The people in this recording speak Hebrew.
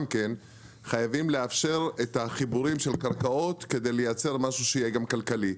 הוא שצריך לאפשר את החיבורים של קרקעות כדי לייצר משהו שגם יהיה כלכלי,